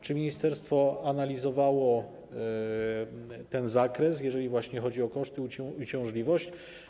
Czy ministerstwo analizowało ten zakres, jeżeli chodzi o koszty, uciążliwość?